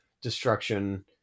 destruction